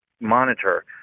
monitor